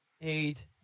eight